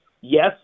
Yes